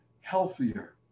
healthier